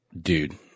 Dude